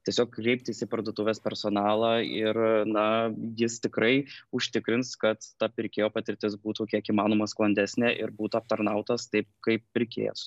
tiesiog kreiptis į parduotuvės personalą ir na jis tikrai užtikrins kad ta pirkėjo patirtis būtų kiek įmanoma sklandesnė ir būtų aptarnautas taip kaip pirkėjas